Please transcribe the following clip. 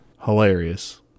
hilarious